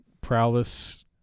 prowess